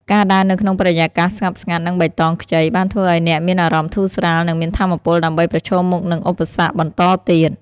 ការដើរនៅក្នុងបរិយាកាសស្ងប់ស្ងាត់និងបៃតងខ្ចីបានធ្វើឱ្យអ្នកមានអារម្មណ៍ធូរស្រាលនិងមានថាមពលដើម្បីប្រឈមមុខនឹងឧបសគ្គបន្តទៀត។